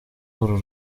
uru